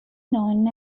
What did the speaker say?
known